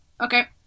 Okay